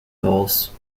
goals